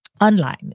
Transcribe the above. online